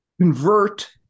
convert